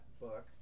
book